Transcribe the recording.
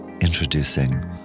Introducing